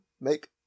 make